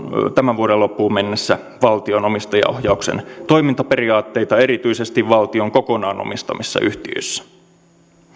tämän vuoden loppuun mennessä valtion omistajaohjauksen toimintaperiaatteita erityisesti valtion kokonaan omistamissa yhtiöissä